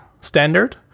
standard